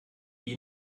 wie